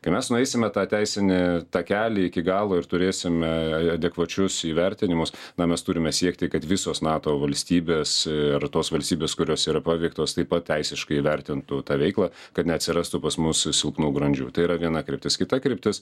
kai mes nueisime tą teisinį takelį iki galo ir turėsime adekvačius įvertinimus na mes turime siekti kad visos nato valstybės ir tos valstybės kurios yra paveiktos taip pat teisiškai įvertintų tą veiklą kad neatsirastų pas mus silpnų grandžių tai yra viena kryptis kita kryptis